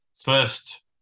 first